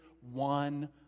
one